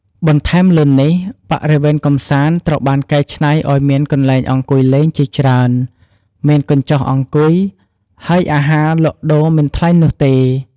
បន្ថែមលើនេះ បរិវេណកម្សាន្តត្រូវបានកែច្នៃឲ្យមានកន្លែងអង្គុយលេងជាច្រើន មានកញ្ចុះអង្គុយ ហើយអាហារលក់ដូរមិនថ្លៃនោះទេ។